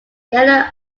yellow